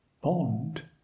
bond